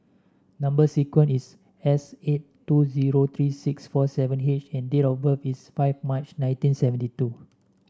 number sequence is S eight two zero three six four seven H and date of birth is five March nineteen seventy two